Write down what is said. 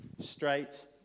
straight